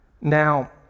Now